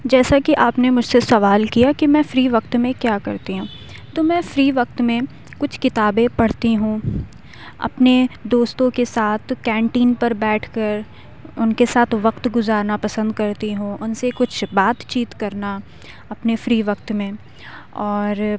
جیسا کہ آپ نے مجھ سے سوال کیا کہ میں فری وقت میں کیا کرتی ہوں تو میں فری وقت میں کچھ کتابیں پڑھتی ہوں اپنے دوستوں کے ساتھ کینٹین پر بیٹھ کر اُن کے ساتھ وقت گُزارنا پسند کرتی ہوں اُن سے کچھ بات چیت کرنا اپنے فری وقت میں اور